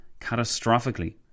catastrophically